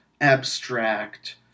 abstract